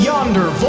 Yonder